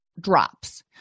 drops